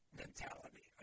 mentality